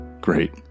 Great